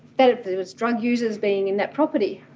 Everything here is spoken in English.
that it was drug users being in that property,